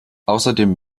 außerdem